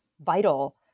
vital